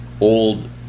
old